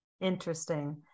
Interesting